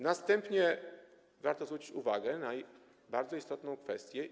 Następnie warto zwrócić uwagę na bardzo istotną kwestię.